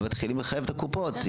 מתחילים את הקופות.